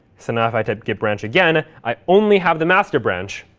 so now, if i type git branch again, i only have the master branch,